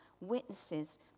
witnesses